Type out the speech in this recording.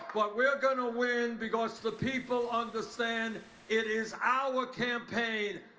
but we are going to win because the people understand it is our campaign,